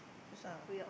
susah